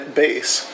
base